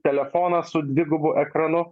telefoną su dvigubu ekranu